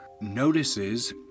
notices